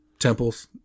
temples